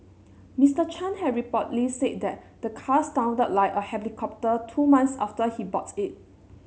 Mister Chan had reportedly said the the car sounded like a helicopter two months after he bought it